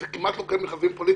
כמעט לא קיימים מכרזים פוליטיים,